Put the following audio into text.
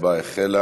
ההצבעה החלה,